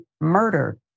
murdered